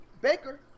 Baker